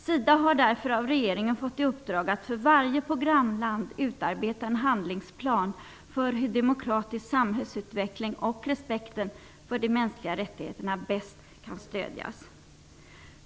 SIDA har därför av regeringen fått i uppdrag att för varje programland utarbeta en handlingsplan för hur en demokratisk samhällsutveckling och respekten för de mänskliga rättigheterna bäst kan stödjas.